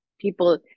people